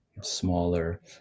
smaller